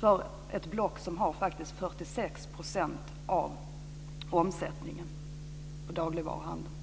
för ett block som faktiskt har 46 % av omsättningen i dagligvaruhandeln.